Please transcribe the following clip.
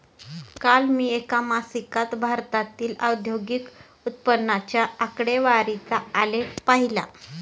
काल मी एका मासिकात भारतातील औद्योगिक उत्पन्नाच्या आकडेवारीचा आलेख पाहीला